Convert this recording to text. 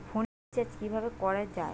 ফোনের রিচার্জ কিভাবে করা যায়?